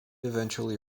eventually